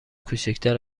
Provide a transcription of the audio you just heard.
کوچیکتر